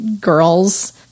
girls